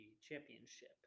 Championship